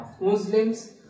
Muslims